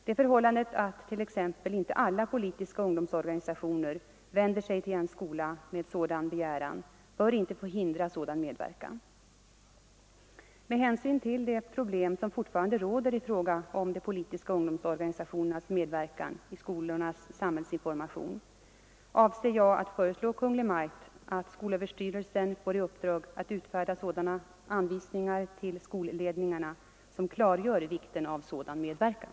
Det förhållandet att t.ex. inte alla politiska ungdomsorganisationer vänder sig till en skola med sådan begäran bör inte få hindra sådan medverkan. Med hänsyn till de problem som fortfarande råder i fråga om de politiska ungdomsorganisationernas medverkan i skolornas samhällsinformation avser jag att föreslå Kungl. Maj:t att skolöverstyrelsen får i uppdrag att utfärda sådana anvisningar till skolledningarna som klargör vikten av sådan medverkan.